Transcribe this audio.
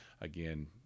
Again